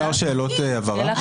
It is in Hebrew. אפשר שאלות הבהרה?